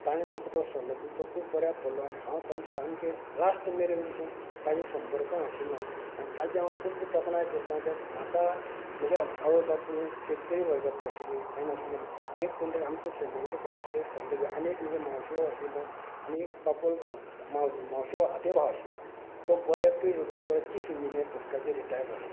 ताणें म्हाका तो सल्लो दिलो तो खूब बऱ्याक पडलो आनी हांव ताजे सामक्या लास्ट मेरेन पसून ताज्या संपर्का आशिलो आनी ताजी हांव खूब तोखणाय करता किद्याक म्हाका म्हगे आवय बापूय शेतकरी वर्गातले आशिल्लीं हें नाशिल्लें एक कोण तरी आमच्या फॅमिलीचो कोणा तरी सल्लो घेन आनी एक म्हगे मावसो बाव आशिलो आनी एक बापोल मावशे मावशे आते भाव आशिल्लो तो बरे पी डब्लूडीन पळय चीफ इंजिनेर पोस्टाचेर रिटायर जाला